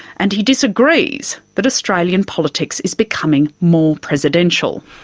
and he disagrees that australian politics is becoming more presidential.